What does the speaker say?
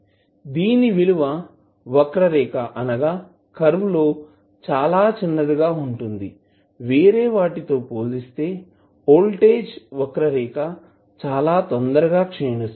దీని విలువ వక్రరేఖకర్వ్లో చాలా చిన్నదిగా వుంటుంది వేరే వాటితో పోలిస్తే వోల్టేజ్ వక్రరేఖకర్వ్ చాలా తొందరగా క్షీణిస్తోంది